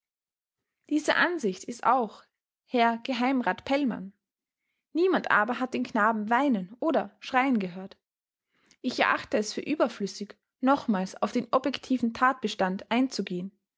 dieser ansicht ist auch herr geheimrat pellmann niemand aber hat den knaben weinen oder schreien gehört ich erachte es für überflüssig nochmals auf den objektiven talbestand einzugehen